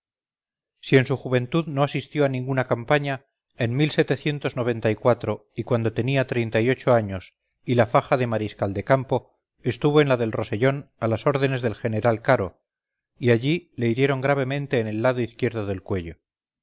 si en su juventud no asistió a ninguna campaña en y cuando tenía treinta y ocho años y la faja de mariscal de campo estuvo en la del rosellón a las órdenesdel general caro y allí le hirieron gravemente en el lado izquierdo del cuello